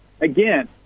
again